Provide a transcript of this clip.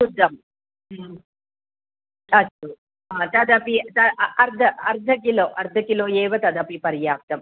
शुद्धं अस्तु तदपि अ अर्धं किलो अर्धं किलो एव तदपि पर्याप्तं